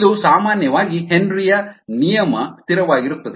ಇದು ಸಾಮಾನ್ಯವಾಗಿ ಹೆನ್ರಿಯ Henry's ನಿಯಮ ಸ್ಥಿರವಾಗಿರುತ್ತದೆ